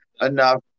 enough